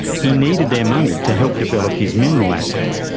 he needed their money to help develop his mineral assets,